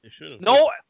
No